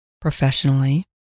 professionally